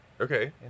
okay